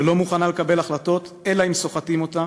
שלא מוכנה לקבל החלטות אלא אם כן סוחטים אותה,